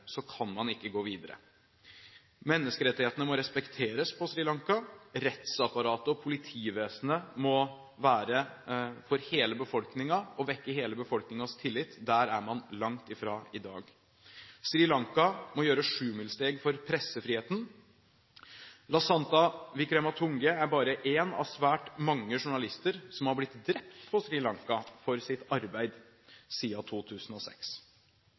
kan man ikke gå videre. Menneskerettighetene må respekteres på Sri Lanka. Rettsapparatet og politivesenet må være for hele befolkningen og vekke hele befolkningens tillit. Der er man langt fra i dag. Sri Lanka må gjøre sjumilssteg for pressefriheten. Lasantha Wickrematunge er bare en av svært mange journalister som siden 2006 har blitt drept på Sri Lanka for sitt arbeid.